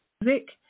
music